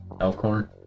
Elkhorn